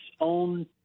own